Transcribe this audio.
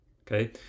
Okay